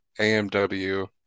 AMW